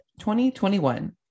2021